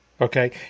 Okay